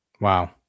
wow